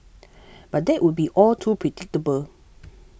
but that would be all too predictable